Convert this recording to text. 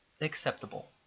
Acceptable